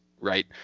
Right